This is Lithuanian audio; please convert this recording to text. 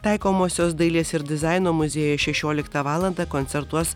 taikomosios dailės ir dizaino muziejuje šešioliktą valandą koncertuos